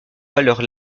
valeur